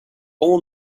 all